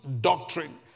doctrine